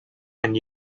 and